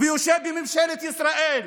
ויושב בממשלת ישראל,